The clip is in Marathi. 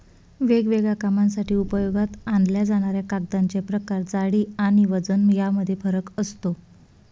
वेगवेगळ्या कामांसाठी उपयोगात आणल्या जाणाऱ्या कागदांचे प्रकार, जाडी आणि वजन यामध्ये फरक असतो